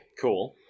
Cool